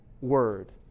word